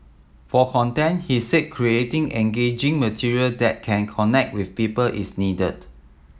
for content he said creating engaging material that can connect with people is needed